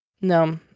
no